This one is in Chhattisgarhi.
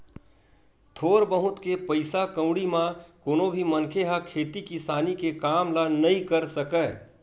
थोर बहुत के पइसा कउड़ी म कोनो भी मनखे ह खेती किसानी के काम ल नइ कर सकय